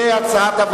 מקשה אחת,